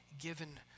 given